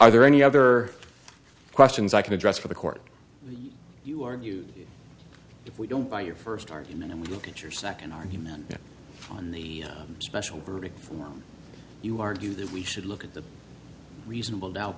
are there any other questions i can address for the court you argue if we don't buy your first argument and look at your second argument on the special verdict form you argue that we should look at the reasonable doubt